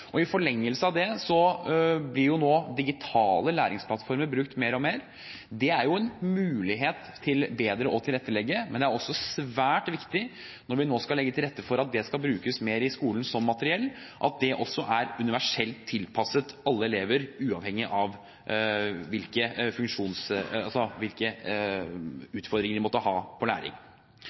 I forlengelsen av det, blir nå digitale læringsplattformer brukt mer og mer. Det er en mulighet til bedre å tilrettelegge, men det er også svært viktig, når vi nå skal legge til rette for at slikt materiell skal brukes mer i skolen, at det også er universelt tilpasset alle elever, uavhengig av hvilke utfordringer de måtte ha med tanke på læring.